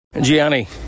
Gianni